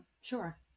Sure